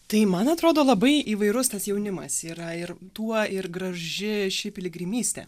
tai man atrodo labai įvairus tas jaunimas yra ir tuo ir graži ši piligrimystė